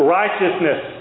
righteousness